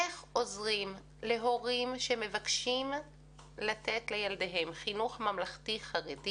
איך עוזרים להורים שמבקשים לתת לילדיהם חינוך ממלכתי-חרדי